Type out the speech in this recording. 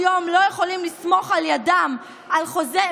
היום לא יכולים לסמוך ידם על חוזה.